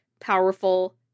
powerful